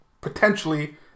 potentially